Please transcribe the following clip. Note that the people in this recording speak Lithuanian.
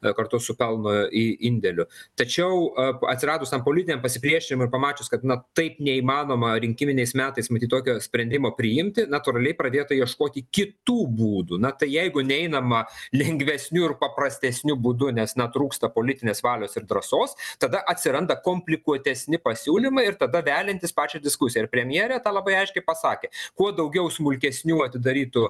kartu su pelno indėliu tačiau atsiradus tam politiniam pasipriešinimui ir pamačius kad na taip neįmanoma rinkiminiais metais matyt tokio sprendimo priimti natūraliai pradėta ieškoti kitų būdų na tai jeigu neinama lengvesniu ir paprastesniu būdu nes na trūksta politinės valios ir drąsos tada atsiranda komplikuotesni pasiūlymai ir tada veliantys pačią diskusiją ir premjerė tą labai aiškiai pasakė kuo daugiau smulkesnių atidarytų